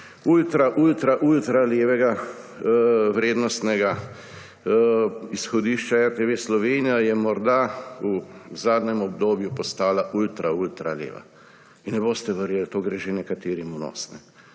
Iz ultra ultra levega vrednostnega izhodišča RTV Slovenija je morda v zadnjem obdobju postala ultra ultra leva. In ne boste verjeli, to gre nekaterim že v nos.